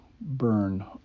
burn